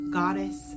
goddess